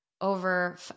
over